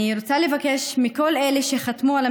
אני רוצה לבקש מכל אלה שחתמו,